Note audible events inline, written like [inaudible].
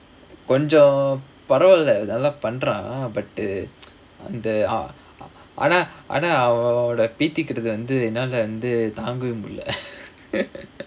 கொஞ்சம் பரவாயில்ல நல்ல பண்றான்:konjam paravaayilla nallaa pandraan but அந்த ஆனா ஆனா அவனோட பீத்திக்கிறது வந்து என்னால வந்து தாங்கவே முடில:antha aanaa aanaa avanoda peethikkarathu vanthu ennaala vanthu thaangavae mudila [laughs]